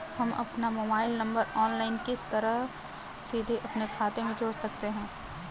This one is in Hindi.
हम अपना मोबाइल नंबर ऑनलाइन किस तरह सीधे अपने खाते में जोड़ सकते हैं?